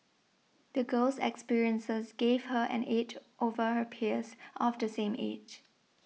the girl's experiences gave her an edge over her peers of the same age